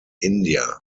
india